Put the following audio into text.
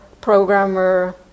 programmer